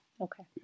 Okay